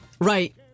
Right